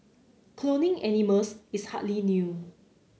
cloning animals is hardly new